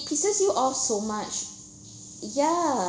it pisses you off so much ya